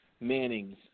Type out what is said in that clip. Mannings